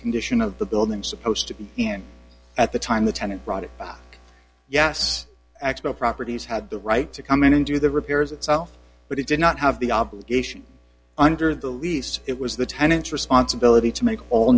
condition of the building supposed to be and at the time the tenant brought it yes expo properties had the right to come in and do the repairs itself but he did not have the obligation under the lease it was the tenants responsibility to make all